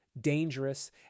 dangerous